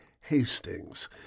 Hastings